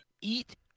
Eat